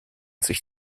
sich